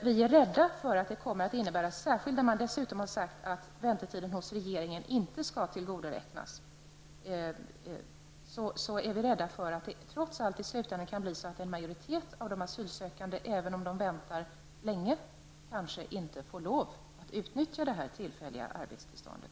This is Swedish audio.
Vi är rädda för att det kan leda till olägenheter, då regeringen dessutom har sagt att tiden fram till behandling av ärenden i regeringen inte skall tillgodoräknas. Vår rädsla gäller att de asylsökande, även om de kanske har väntat länge, kanske inte får utnyttja det tillfälliga arbetstillståndet.